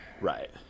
Right